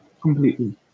completely